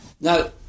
Now